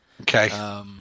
Okay